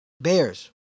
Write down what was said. Bears